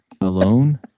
alone